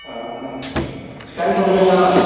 ଓହୋ style photo